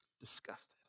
Disgusted